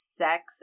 sex